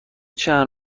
چند